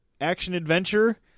action-adventure